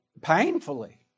painfully